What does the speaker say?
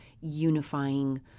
unifying